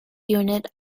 unit